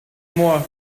more